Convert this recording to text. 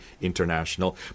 International